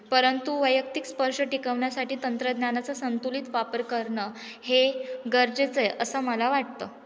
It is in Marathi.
परंतु वैयक्तिक स्पर्श टिकवण्यासाठी तंत्रज्ञानाचा संतुलित वापर करणं हे गरजेचं आहे असं मला वाटतं